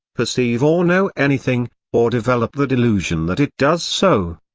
perceive or know anything or develop the delusion that it does so?